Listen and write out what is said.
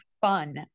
fun